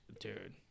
dude